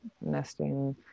nesting